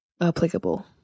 applicable